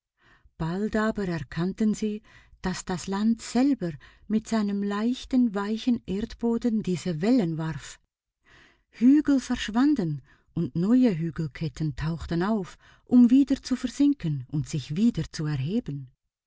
bald aber erkannten sie daß das land selber mit seinem leichten weichen erdboden diese wellen warf hügel verschwanden und neue hügelketten tauchten auf um wieder zu versinken und sich wieder zu erheben